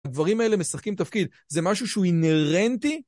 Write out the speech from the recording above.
הדברים האלה משחקים תפקיד, זה משהו שהוא אינרנטי?